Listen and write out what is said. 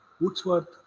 Woodsworth